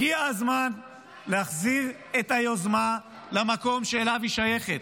הגיע הזמן להחזיר את היוזמה למקום שאליו היא שייכת,